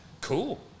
cool